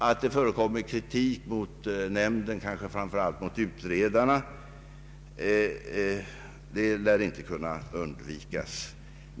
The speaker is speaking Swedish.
Att det förekommer kritik mot nämnden, kanske framför allt mot utredarna, lär inte kunna undvikas.